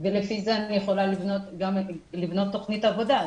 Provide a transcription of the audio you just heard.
ולפי זה אני יכולה לבנות תוכנית עבודה.